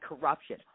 corruption